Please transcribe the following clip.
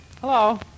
Hello